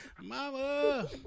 Mama